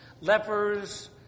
lepers